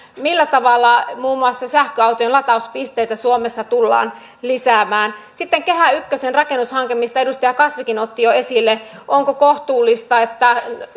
millä tavalla muun muassa sähköautojen latauspisteitä suomessa tullaan lisäämään sitten kehä ykkösen rakennushanke minkä edustaja kasvikin otti jo esille onko kohtuullista että